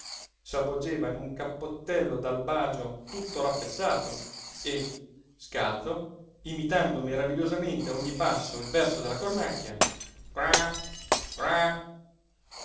ginocchi s'avvolgeva in un cappottello d'albagio tutto rappezzato e scalzo imitando meravigliosamente a ogni passo il verso della cornacchia